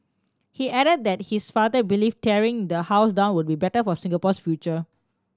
he added that his father believed tearing the house down would be better for Singapore's future